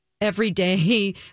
everyday